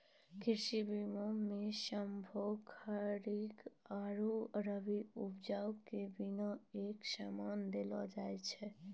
कृषि बीमा मे सभ्भे खरीक आरु रवि उपज के बिमा एक समान देलो जाय छै